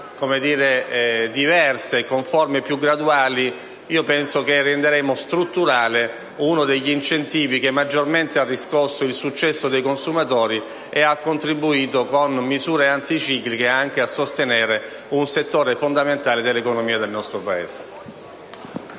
modalità diverse e una maggiore gradualità, penso che renderemo strutturale uno degli incentivi che maggiormente ha riscosso il successo dei consumatori e ha contribuito con misure anticicliche a sostenere un settore fondamentale dell'economia del nostro Paese.